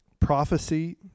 Prophecy